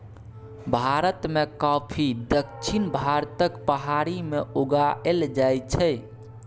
भारत मे कॉफी दक्षिण भारतक पहाड़ी मे उगाएल जाइ छै